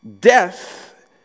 Death